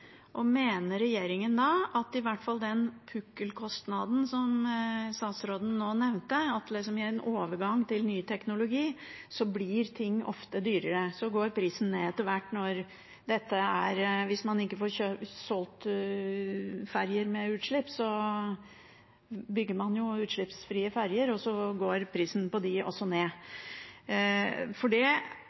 Mener regjeringen da – i hvert fall om den pukkelkostnaden som statsråden nå nevnte – at i en overgang til ny teknologi blir ting ofte dyrere, og så går prisen ned etter hvert? Hvis man ikke får solgt ferjer med utslipp, så bygger man jo utslippsfrie ferjer, og så går prisen på dem også ned. Det